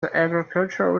agricultural